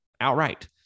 outright